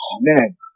man